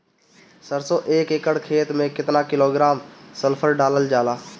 सरसों क एक एकड़ खेते में केतना किलोग्राम सल्फर डालल जाला?